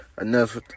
enough